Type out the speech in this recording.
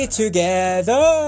together